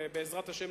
בעזרת השם,